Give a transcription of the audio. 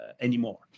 anymore